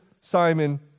simon